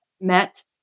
met